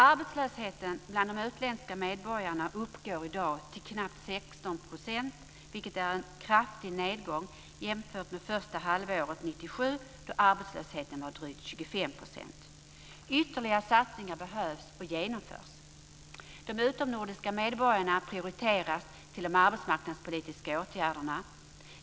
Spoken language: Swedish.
Arbetslösheten bland de utländska medborgarna uppgår i dag till knappt 16 %, vilket är en kraftig nedgång jämfört med första halvåret 1997, då arbetslösheten var drygt 25 %. Ytterligare satsningar behövs och genomförs. De utomnordiska medborgarna prioriteras till de arbetsmarknadspolitiska åtgärderna.